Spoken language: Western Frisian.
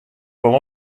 wol